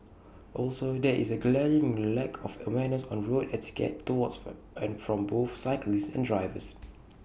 also there is A glaring lack of awareness on road etiquette towards and from both cyclists and drivers